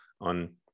on